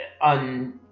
on